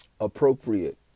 appropriate